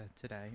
today